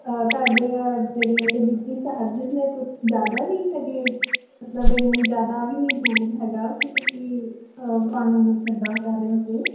ਤੁਹਾਡੇ ਜਿਹੜੇ delivery charges ਨੇ ਕੁਛ ਜਿਆਦਾ ਨਹੀਂ ਹੈਗੇ ਮਤਲਬ ਇੰਨੀ ਜ਼ਿਆਦਾ ਵੀ ਨਹੀਂ ਦੂਰ ਹੈਗਾ ਕਿ ਤੁਸੀਂ ਵੰਨ ਇਦਾਂ ਕਹਿ ਰਹੇ ਹੋ ਤੁਸੀਂ